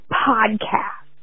podcast